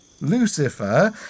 lucifer